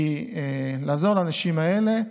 כי לעזור לאנשים האלה,